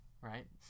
right